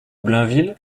blainville